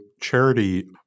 Charity